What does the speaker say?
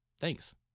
thanks